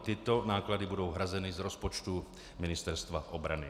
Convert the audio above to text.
Tyto náklady budou hrazeny z rozpočtu Ministerstva obrany.